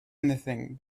anything